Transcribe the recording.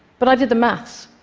but i did the math,